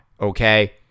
Okay